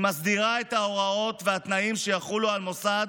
היא מסדירה את ההוראות והתנאים שיחולו על מוסד